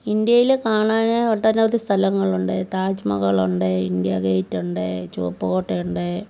ഇന്ത്യയിൽ കാണാനായിട്ട് ഒട്ടനവധി സ്ഥലങ്ങളുണ്ട് താജ്മഹലുണ്ട് ഇന്ത്യ ഗേറ്റുണ്ട് ചുവപ്പ് കോട്ടയുണ്ട്